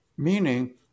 meaning